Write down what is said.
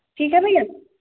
ठीक है भैया